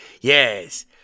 Yes